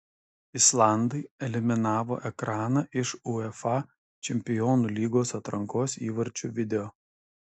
islandai eliminavo ekraną iš uefa čempionų lygos atrankos įvarčių video